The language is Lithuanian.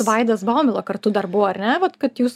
vaidas baumila kartu dar buvo ar ne vat kad jūs